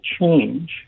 change